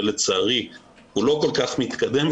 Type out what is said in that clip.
ולצערי הוא לא כל כך מתקדם,